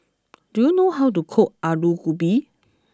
do you know how to cook Alu Gobi